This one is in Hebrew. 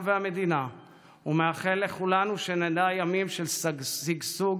והמדינה ומאחל לכולנו שנדע ימים של שגשוג,